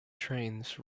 trains